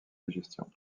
digestion